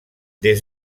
des